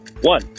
One